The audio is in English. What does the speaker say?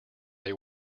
they